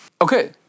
Okay